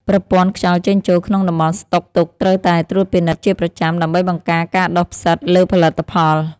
ប្រព័ន្ធខ្យល់ចេញចូលក្នុងតំបន់ស្តុកទុកត្រូវតែត្រួតពិនិត្យជាប្រចាំ ដើម្បីបង្ការការដុះផ្សិតលើផលិតផល។